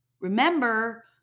Remember